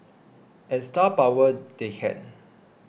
and star power they had